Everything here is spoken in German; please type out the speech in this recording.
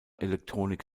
electronic